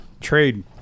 trade